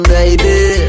Baby